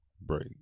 break